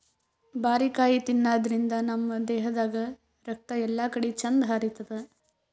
ಬಾರಿಕಾಯಿ ತಿನಾದ್ರಿನ್ದ ನಮ್ ದೇಹದಾಗ್ ರಕ್ತ ಎಲ್ಲಾಕಡಿ ಚಂದ್ ಹರಿತದ್